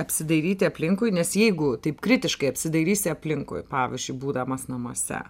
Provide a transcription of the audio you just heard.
apsidairyti aplinkui nes jeigu taip kritiškai apsidairysi aplinkui pavyzdžiui būdamas namuose